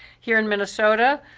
here in minnesota,